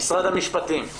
משרד המשפטים.